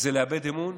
לאבד אמון,